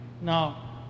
Now